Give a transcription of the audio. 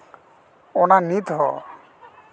ᱚᱱᱟ ᱱᱤᱛᱦᱚᱸ